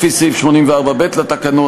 לפי סעיף 84(ב) לתקנון,